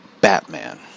Batman